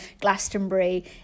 Glastonbury